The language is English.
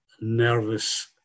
nervous